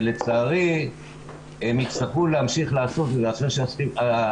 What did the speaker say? ולצערי הם יצטרכו להמשיך לעשות את זה כשהשביתה